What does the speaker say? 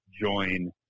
join